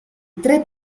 tre